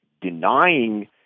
denying